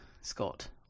Scott